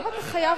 למה אתה חייב,